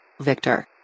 Victor